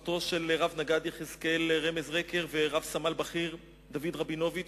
למשפחות של רב-נגד יחזקאל רמזרקר ורב-סמל בכיר דוד רבינוביץ,